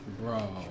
Bro